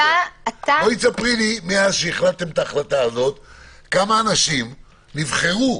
תספרי לי כמה אנשים נבחרו